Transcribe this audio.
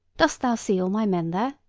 dost thou see all my men there